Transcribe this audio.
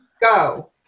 go